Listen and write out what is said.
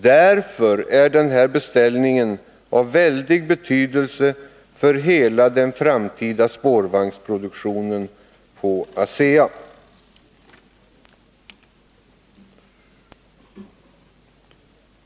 Därför är den här beställningen av väldig betydelse för hela den framtida spårvagnsproduktionen på ASEA.